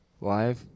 live